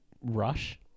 Rush